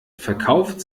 verkauft